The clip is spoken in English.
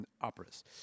operas